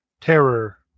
terror